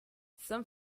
some